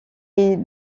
est